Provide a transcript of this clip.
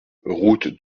route